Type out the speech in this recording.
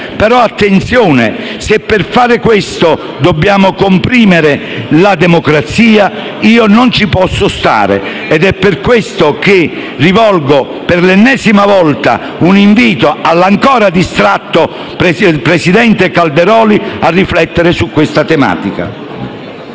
però, attenzione, se per fare questo dobbiamo comprimere la democrazia io non ci posso stare. Ed è per questo che rivolgo, per l'ennesima volta, un invito all'ancora distratto presidente Calderoli a riflettere su questa tematica.